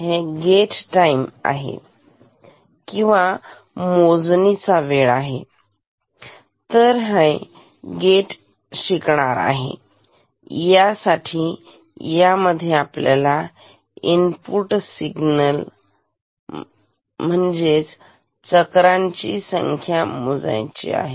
हे gate time आहे किंवा मोजणी चा वेळ आहे तर हे गेट शिकणार आहे यासाठी यामध्ये आपल्याला इनपुट सिग्नल चक्रांची संख्या मोजायची आहे